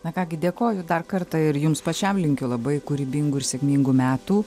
na ką gi dėkoju dar kartą ir jums pačiam linkiu labai kūrybingų ir sėkmingų metų